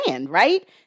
right